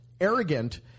arrogant